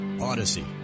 Odyssey